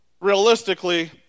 realistically